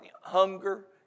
Hunger